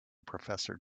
professor